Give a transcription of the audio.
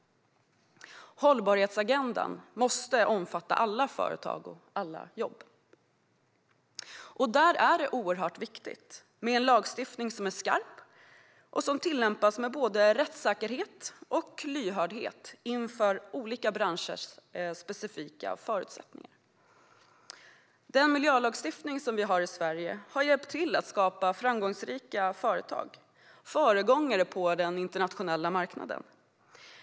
Hållbarhetsagendan måste omfatta alla företag och alla jobb. Där är det oerhört viktigt med en lagstiftning som är skarp och som tillämpas med både rättssäkerhet och lyhördhet inför olika branschers specifika förutsättningar. Den miljölagstiftning vi har i Sverige har hjälpt till att skapa framgångsrika företag som är föregångare på den internationella marknaden.